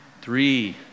Three